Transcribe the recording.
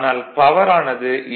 ஆனால் பவர் ஆனது ஏ